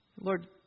Lord